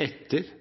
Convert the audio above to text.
etter